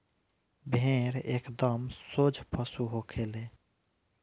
भेड़ एकदम सोझ पशु होखे ले